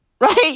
Right